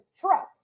trust